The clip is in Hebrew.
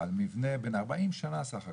על מבנה בן ארבעים שנה בסך הכל,